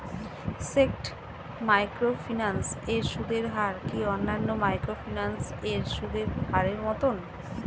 স্কেট microfinance এর সুদের হার কি অন্যান্য মাইক্রোফিন্যান্স এর সুদের হারের মতন?